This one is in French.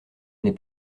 n’ai